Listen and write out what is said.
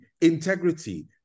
integrity